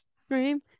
scream